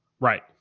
Right